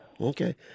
Okay